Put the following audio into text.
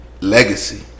legacy